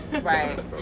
Right